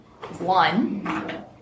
one